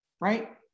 right